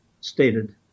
stated